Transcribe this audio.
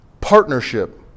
partnership